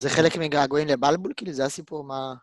זה חלק מגעגועים לבלבול, כאילו זה הסיפור מה...